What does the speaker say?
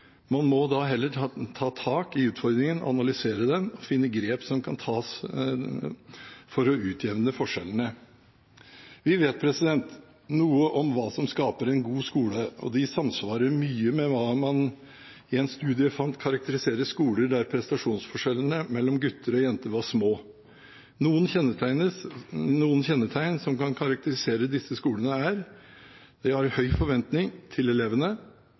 man ikke får gjort noe med. Man må da heller ta tak i utfordringen, analysere den og finne grep som kan tas for å utjevne forskjellene. Vi vet noe om hva som skaper en god skole, og det samsvarer mye med hva man i en studie fant karakteriserte skoler der prestasjonsforskjellene mellom gutter og jenter var små. Noen kjennetegn som kan karakterisere disse skolene, er høye forventninger til elevene